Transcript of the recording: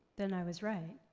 then i was right.